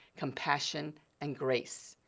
compassion and grace.